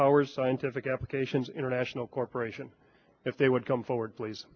powers scientific applications international corporation if they would come forward please